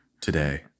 today